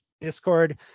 discord